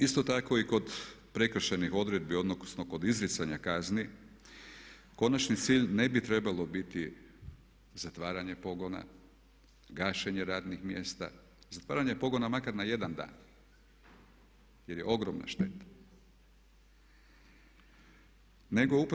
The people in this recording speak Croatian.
Isto tako i kod prekršajnih odredbi odnosno kod izricanja kazni konačni cilj ne bi trebao biti zatvaranje pogona, gašenje radnih mjesta, zatvaranje pogona makar na jedan dan jer je ogromna šteta.